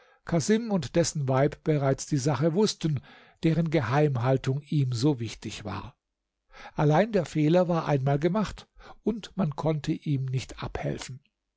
casim und dessen weib bereits die sache wußten deren geheimhaltung ihm so wichtig war allein der fehler war einmal gemacht und man konnte ihm nicht abhelfen